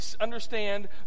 understand